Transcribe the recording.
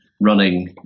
running